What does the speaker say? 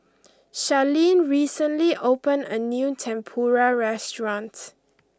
Charleen recently opened a new Tempura restaurant